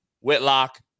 Whitlock